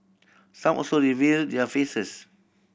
some also reveal their faces